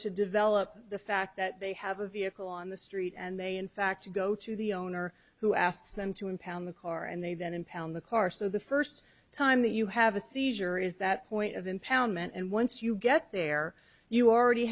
to develop the fact that they have a vehicle on the street and they in fact to go to the owner who asks them to impound the car and they then impound the car so the first time that you have a seizure is that point of impoundment and once you get there you are already